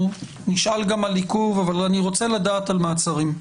נשאל גם על עיכוב, אבל אני רוצה לדעת על מעצרים.